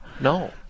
No